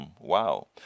wow